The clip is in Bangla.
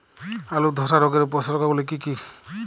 আলুর ধসা রোগের উপসর্গগুলি কি কি?